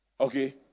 Okay